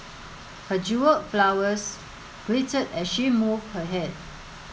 her jewelled flowers glittered as she moved her head